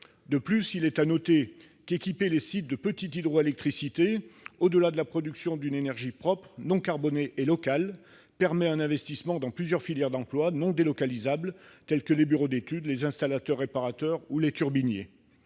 De plus, équiper les sites de petite hydroélectricité, au-delà de la production d'une énergie propre, non carbonée et locale, permet un investissement dans plusieurs filières d'emplois non délocalisables, telles que les bureaux d'études, les installateurs-réparateurs et les turbiniers.